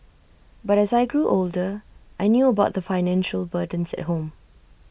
but as I grew older I knew about the financial burdens at home